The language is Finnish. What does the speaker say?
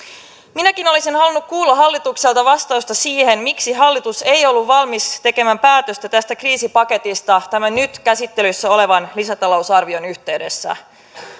minäkin olisin halunnut kuulla hallitukselta vastausta siihen miksi hallitus ei ollut valmis tekemään päätöstä tästä kriisipaketista tämän nyt käsittelyssä olevan lisätalousarvion yhteydessä